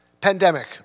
Pandemic